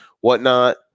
whatnot